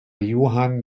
johann